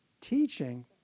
teaching